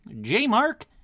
J-Mark